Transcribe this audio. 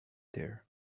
there